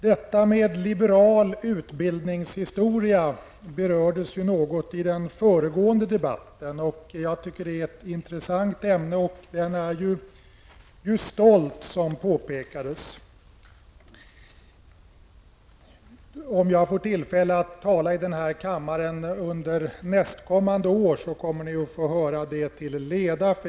Detta med liberal utbildningshistoria berördes något i den föregående debatten. Jag tycker att det är ett intressant ämne. Liberal utbildningshistoria är stolt, vilket det också påpekades. Om jag får tillfälle att tala i denna kammare under nästkommande år, kommer ni att få höra det till leda.